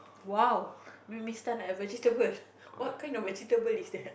!wow! we may stand like a vegetable what kind of vegetable is that